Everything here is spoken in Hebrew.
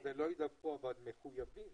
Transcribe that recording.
לא ידווחו, אבל מחויבים.